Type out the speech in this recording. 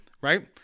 Right